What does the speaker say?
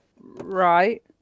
Right